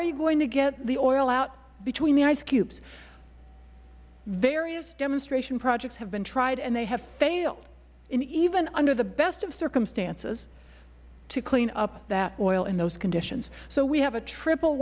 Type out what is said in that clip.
are you going to get the oil out between the ice cubes various demonstration projects have been tried and they have failed and even under the best of circumstances to clean up that oil in those conditions so we have a triple